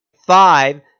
five